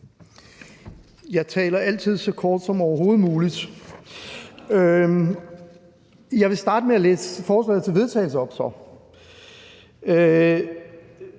Jeg taler altid i så kort tid som overhovedet muligt. Jeg vil så starte med at læse forslaget til vedtagelse op: